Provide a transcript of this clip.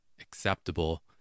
acceptable